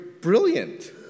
brilliant